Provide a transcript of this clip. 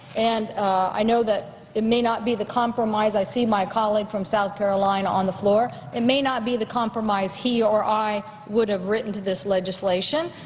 and i know that it may not be the compromise i see my colleague from south carolina on the floor, it may not be the compromise he or i would have written to this legislation,